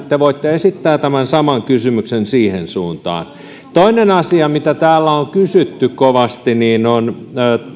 te voitte esittää tämän kysymyksen siihen suuntaan toinen asia mitä täällä on kysytty kovasti on